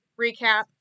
recap